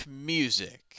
music